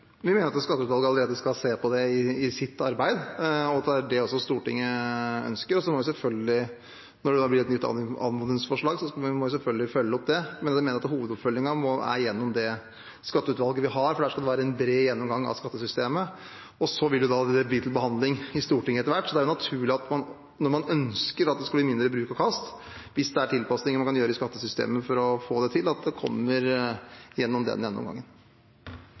Vi mener at skatteutvalget allerede skal se på det i sitt arbeid, og at det er det også Stortinget ønsker. Når det da blir et nytt anmodningsforslag, må vi selvfølgelig følge opp det. Men vi mener at hovedoppfølgingen er gjennom det skatteutvalget vi har, for der skal det være en bred gjennomgang av skattesystemet, og så vil det da komme til behandling i Stortinget etter hvert. Det er naturlig, når man ønsker at det skal bli mindre bruk og kast, og hvis det er tilpasninger man kan gjøre i skattesystemet for å få det til, at det kommer gjennom den gjennomgangen.